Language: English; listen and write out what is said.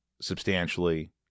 substantially